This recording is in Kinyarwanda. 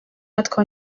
natwe